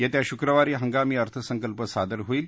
येत्या शुक्रवारी हंगामी अर्थसंकल्प सादर होईल